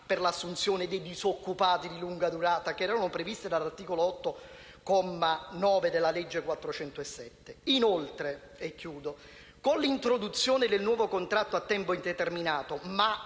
per l'assunzione dei disoccupati di lunga durata, che erano previste dall'articolo 8, comma 9, della legge n. 407. Inoltre, con l'introduzione del nuovo contratto a tempo indeterminato, ma